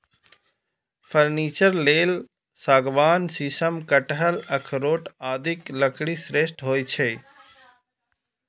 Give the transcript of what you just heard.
furniture लेल सागवान, शीशम, कटहल, अखरोट आदिक लकड़ी श्रेष्ठ होइ छै